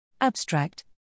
Abstract